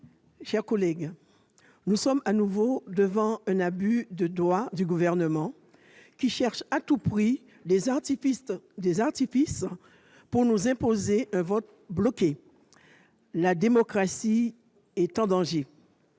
chers collègues, nous sommes de nouveau devant un abus de droit du Gouvernement qui cherche par tous les artifices réglementaires à nous imposer le vote bloqué. La démocratie est en danger